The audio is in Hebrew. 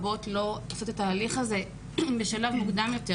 עושות את התהליך הזה בשלב מוקדם יותר,